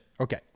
Okay